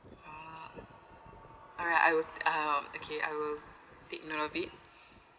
!wah! alright I'd I'll okay I'll take note of it